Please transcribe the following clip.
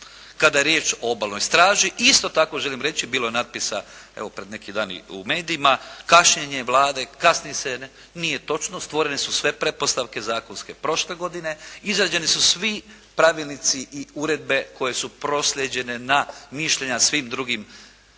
Kada je riječ o Obalnoj straži isto tako želim reći, bilo je natpisa evo pred neki dan i u medijima, kašnjenje Vlade, kasni se. Nije točno. Stvorene su sve pretpostavke zakonske prošle godine, izrađeni su svi pravilnici i uredbe koje su proslijeđene na mišljenja svim drugim